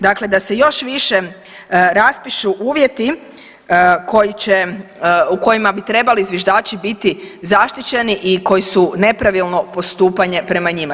Dakle, da se još više raspišu uvjeti koji će, u kojima bi trebali zviždači biti zaštićeni i koji su nepravilno postupanje prema njima.